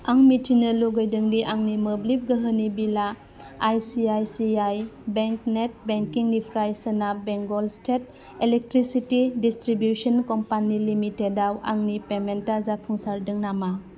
आं मिथिनो लुगैदोंनि आंनि मोब्लिब गोहोनि बिला I C I C I bank net banking निफ्राय सोनाब Bengal state electricity distribution company limited आव आंनि पेमेन्टा जाफुंसारदों नामा